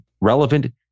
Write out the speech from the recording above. relevant